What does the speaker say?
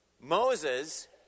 Moses